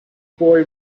boy